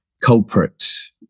culprits